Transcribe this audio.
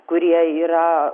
kurie yra